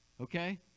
okay